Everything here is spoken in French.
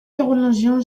carolingien